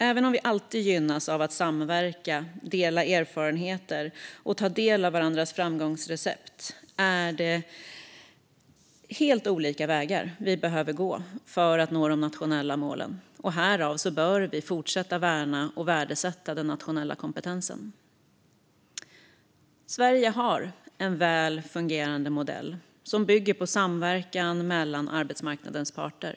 Även om vi alltid gynnas av att samverka, dela erfarenheter och ta del av varandras framgångsrecept är det helt olika vägar vi behöver gå för att nå de nationella målen. Därför bör vi fortsätta värna och värdesätta den nationella kompetensen. Sverige har en väl fungerande modell som bygger på samverkan mellan arbetsmarknadens parter.